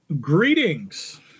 Greetings